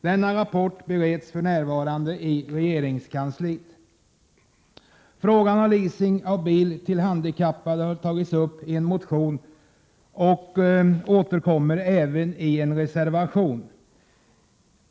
Denna rapport bereds för närvarande i regeringskansliet. Frågan om leasing av bil till handikappade har tagits upp i en motion och även i en reservation.